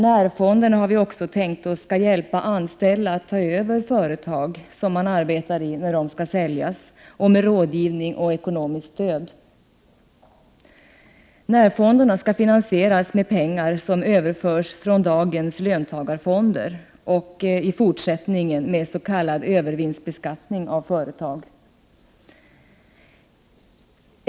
Närfonderna skall också med rådgivning och ekonomiskt stöd hjälpa anställda att ta över ägandet av företag som de arbetar i när detta säljs. Närfonderna finansieras med pengar som överförs från dagens löntagarfonder och i fortsättningen med den s.k. övervinstbeskattningen av företag.